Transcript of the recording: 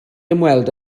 ymweld